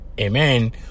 Amen